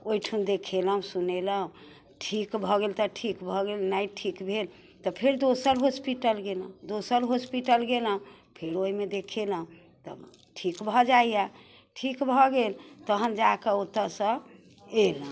ओइठम देखेलहुँ सुनेलहुँ ठीक भऽ गेल तऽ ठीक भऽ गेल नहि ठीक भेल तऽ फेर दोसर हॉस्पिटल गेलहुँ दोसर हॉस्पिटल गेलहुँ फेर ओइमे देखेलहुँ तऽ ठीक भऽ जाइए ठीक भऽ गेल तहन जाकऽ ओतऽसँ एलहुँ